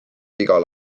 igal